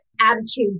attitudes